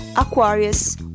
Aquarius